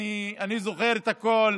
אני זוכר את הכול.